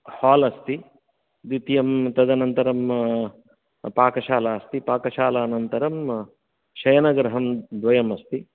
hall अस्ति द्वितीयं तदनन्तरं पाकशाला अस्ति पाकशालानन्तरं शयनगृहं द्वयमस्ति